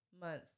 month